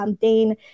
Dane